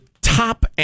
top